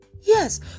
Yes